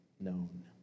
known